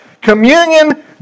communion